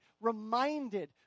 reminded